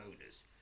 owners